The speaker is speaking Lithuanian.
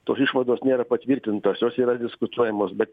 tos išvados nėra patvirtintos jos yra diskutuojamos bet